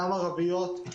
גם ערביות,